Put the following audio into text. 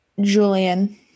Julian